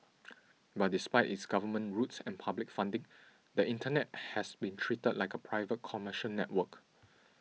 but despite its government roots and public funding the Internet has been treated like a private commercial network